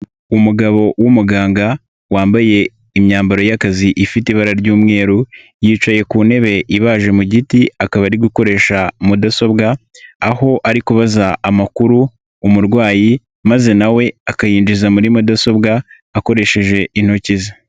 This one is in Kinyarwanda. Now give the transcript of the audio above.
Umugabo w'umuganga wambaye imyambaro y'akazi ifite ibara ry'umweru, yicaye ku ntebe ibaje mu giti, akaba ari gukoresha mudasobwa, aho ari kubaza amakuru umurwayi maze na we akayinjiza muri mudasobwa, akoresheje intoki ze.